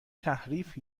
تحریف